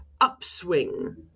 upswing